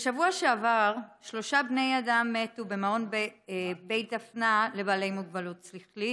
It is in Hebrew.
בשבוע שעבר שלושה בני אדם מתו במעון בית דפנה לבעלי מוגבלות שכלית,